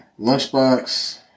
Lunchbox